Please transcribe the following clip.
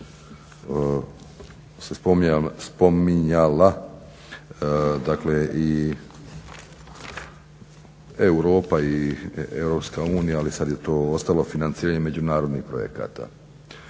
bilo još se spominjala dakle i Europa i Europska unija ali sada je to ostalo financiranje međunarodnih projekata.